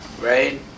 right